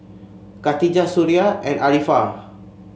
Khatijah Suria and Arifa